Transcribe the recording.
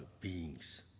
beings